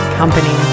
company